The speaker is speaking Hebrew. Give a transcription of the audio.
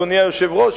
אדוני היושב-ראש,